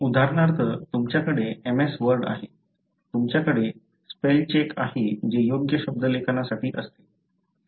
उदाहरणार्थ तुमच्याकडे MS Word आहे तुमच्याकडे स्पेल चेक आहे जे योग्य शब्दलेखनसाठी असते